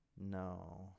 no